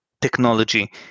technology